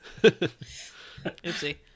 Oopsie